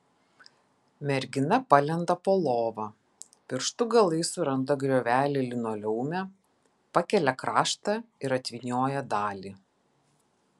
mergina palenda po lova pirštų galais suranda griovelį linoleume pakelia kraštą ir atvynioja dalį